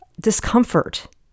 Discomfort